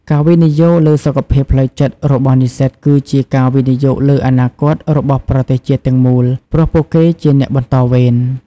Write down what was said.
ការវិនិយោគលើសុខភាពផ្លូវចិត្តរបស់និស្សិតគឺជាការវិនិយោគលើអនាគតរបស់ប្រទេសជាតិទាំងមូលព្រោះពួកគេជាអ្នកបន្តវេន។